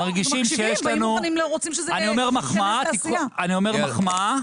אני אומר מחמאה,